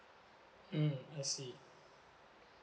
mm I see